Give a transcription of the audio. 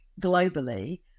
globally